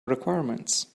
requirements